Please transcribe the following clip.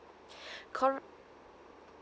correct